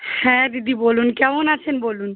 হ্যাঁ দিদি বলুন কেমন আছেন বলুন